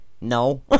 no